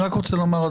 אני רק רוצה לומר,